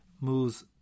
moves